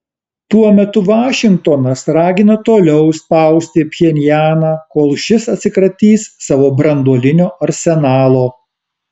tuo metu vašingtonas ragina toliau spausti pchenjaną kol šis atsikratys savo branduolinio arsenalo